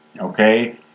Okay